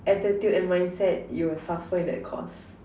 attitude and mindset you will suffer in that course